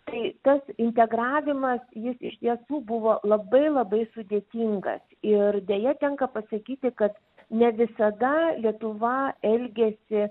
tai tas integravimas jis iš tiesų buvo labai labai sudėtingas ir deja tenka pasakyti kad ne visada lietuva elgėsi